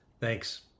Thanks